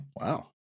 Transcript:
wow